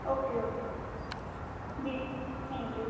okay okay जी thank you